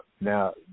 Now